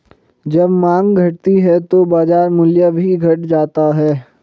जब माँग घटती है तो बाजार मूल्य भी घट जाता है